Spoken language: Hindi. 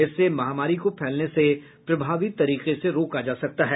इससे महामारी को फैलने से प्रभावी तरीके से रोका जा सकता है